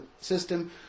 system